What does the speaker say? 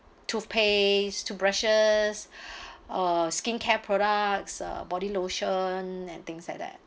toothpaste toothbrushes uh skincare products or body lotion and things like that